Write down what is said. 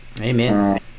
Amen